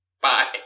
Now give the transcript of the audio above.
Bye